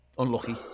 Unlucky